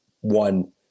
one